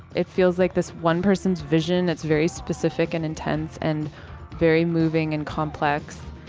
it feels like this one person's vision that's very specific and intense and very moving and complex.